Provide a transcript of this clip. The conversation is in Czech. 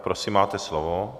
Prosím, máte slovo.